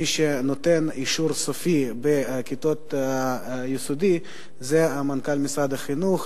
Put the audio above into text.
מי שנותן אישור סופי בכיתות היסודי זה מנכ"ל משרד החינוך,